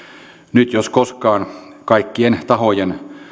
nyt jos koskaan kaikkien tahojen